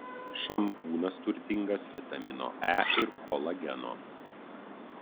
šampūnas turtingas vitamino e ir kolageno